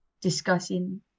discussing